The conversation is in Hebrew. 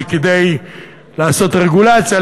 זה כדי לעשות רגולציה,